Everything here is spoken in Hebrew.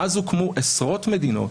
מאז הוקמו עשרות מדינות,